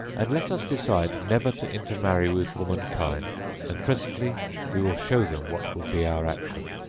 and let us decide never to intermarry with womankind and presently we will show them what will be our action.